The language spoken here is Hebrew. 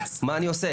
מה אני עושה,